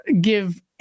give